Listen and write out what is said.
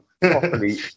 properly